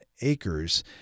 acres